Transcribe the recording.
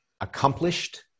accomplished